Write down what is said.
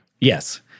Yes